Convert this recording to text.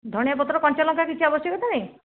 ଧନିଆଁ ପତ୍ର କଞ୍ଚା ଲଙ୍କା କିଛି ଆବଶ୍ୟକତା ନାହିଁ